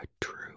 true